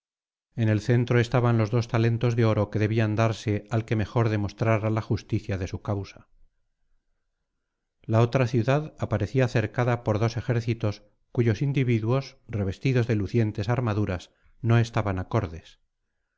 en el centro estaban los dos talentos de oro que debían darse al que mejor demostrara la justicia de su causa la otra ciudad aparecía cercada por dos ejércitos cuyos individuos revestidos de lucientes armaduras no estaban acordes